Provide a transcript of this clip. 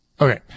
Okay